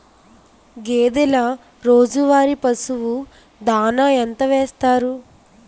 గేదెల రోజువారి పశువు దాణాఎంత వేస్తారు?